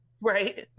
Right